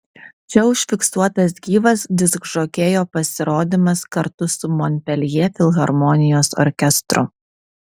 čia užfiksuotas gyvas diskžokėjo pasirodymas kartu su monpeljė filharmonijos orkestru